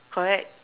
correct